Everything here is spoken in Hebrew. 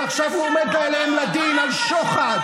שעכשיו הוא עומד עליהן לדין על שוחד.